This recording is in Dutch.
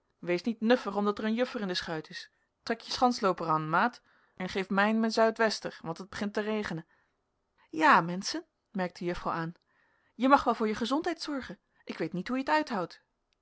wees niet nuffig omdat er een juffer in de schuit is trek je schanslooper an maat en geef mijn me zuidwester want et begint te regenen ja menschen merkt de juffrouw aan je mag wel voor je gezondheid zorgen ik weet niet hoe je t uithoudt